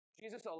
Jesus